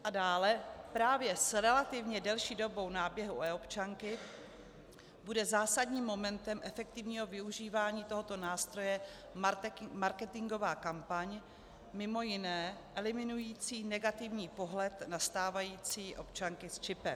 A dále, právě s relativně delší dobou náběhu eobčanky bude zásadním momentem efektivního využívání tohoto nástroje marketingová kampaň mimo jiné eliminující negativní pohled na stávající občanky s čipem.